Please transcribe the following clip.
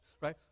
Right